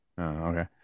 okay